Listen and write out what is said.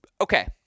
okay